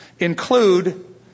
include